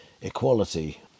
equality